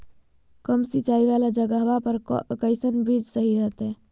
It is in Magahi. कम सिंचाई वाला जगहवा पर कैसन बीज सही रहते?